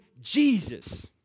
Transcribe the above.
Jesus